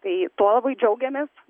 tai tuo labai džiaugiamės